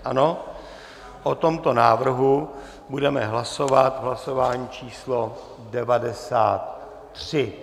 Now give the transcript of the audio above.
O tomto návrhu budeme hlasovat v hlasování číslo 93.